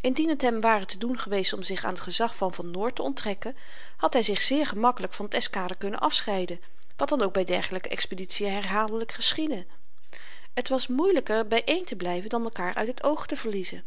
indien het hem ware te doen geweest om zich aan t gezag van van noort te onttrekken had hy zich zeer gemakkelyk van t eskader kunnen afscheiden wat dan ook by dergelyke expeditien herhaaldelyk geschiedde t was moeielyker by een te blyven dan elkaar uit het oog te verliezen